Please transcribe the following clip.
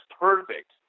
perfect